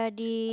di